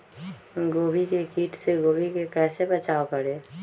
गोभी के किट से गोभी का कैसे बचाव करें?